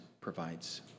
provides